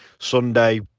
Sunday